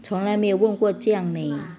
从来没有问过这样 eh